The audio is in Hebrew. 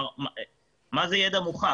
מה זה ידע מוכח?